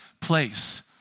place